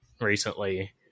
recently